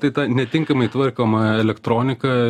tai ta netinkamai tvarkoma elektronika